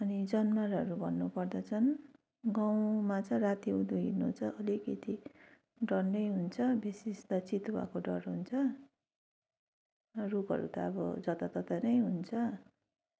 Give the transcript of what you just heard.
अनि जनावरहरू भन्नु पर्दा चाहिँ गाउँमा चाहिँ राति हुँदो हिँड्न चाहिँ अलिकति डर नै हुन्छ बेसी जस्तो चितुवाको डर हुन्छ रुखहरू त अब जतातता नै हुन्छ